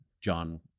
John